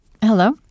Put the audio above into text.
Hello